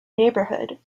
neighborhood